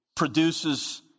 produces